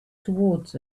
towards